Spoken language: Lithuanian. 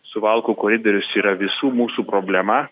suvalkų koridorius yra visų mūsų problema